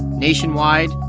nationwide,